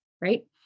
right